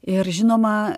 ir žinoma